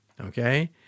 Okay